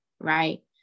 right